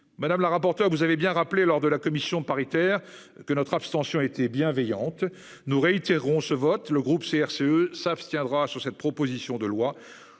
Madame la rapporteure, vous l'avez rappelé, lors de la commission paritaire mixte, notre abstention était bienveillante. Nous réitérons ce vote : le groupe CRCE s'abstiendra sur cette proposition de loi.